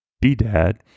Bedad